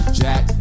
jack